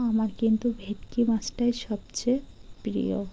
আমার কিন্তু ভেটকি মাছটাই সবচেয়ে প্রিয়